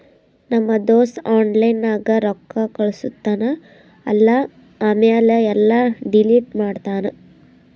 ನಮ್ ದೋಸ್ತ ಆನ್ಲೈನ್ ನಾಗ್ ರೊಕ್ಕಾ ಕಳುಸ್ತಾನ್ ಅಲ್ಲಾ ಆಮ್ಯಾಲ ಎಲ್ಲಾ ಡಿಲೀಟ್ ಮಾಡ್ತಾನ್